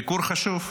ביקור חשוב,